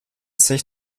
sich